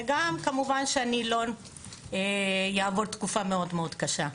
וגם כמובן שהנילון יעבור תקופה מאוד מאוד קשה.